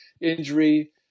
injury